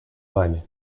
вами